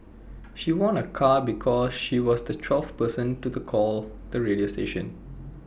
she won A car because she was the twelfth person to the call the radio station